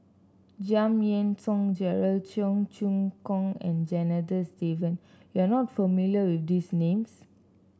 Giam Yean Song Gerald Cheong Choong Kong and Janadas Devan you are not familiar with these names